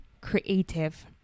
creative